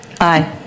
Aye